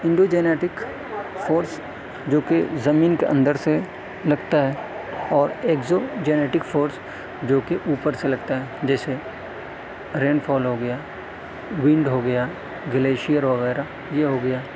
Indo genetic force جوکہ زمین کے اندر سے لگتا ہے اور ایکزوم جینیٹک فورس جوکہ اوپر سے لگتا ہے جیسے رین فال ہو گیا ونڈ ہو گیا گلیشیئر وغیرہ یہ ہو گیا